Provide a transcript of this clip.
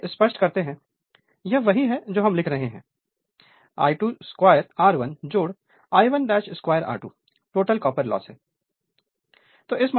तो चलिए स्पष्ट करते हैं यह वही है जो हम लिख रहे हैं I2 2 R1 I2 2 R2 total copper loss है